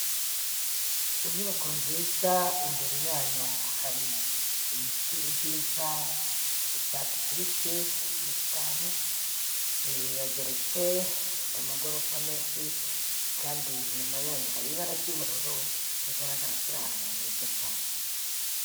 Inyubako nziza, imbere yayo hari ibiti byiza by'icyatsi kibisi, ubusitani, irageretse, ifite amagorofa menshi kandi inyuma yayo hari ibara ry'ubururu, bigaragara ko iri ahantu heza cyane.